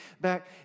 back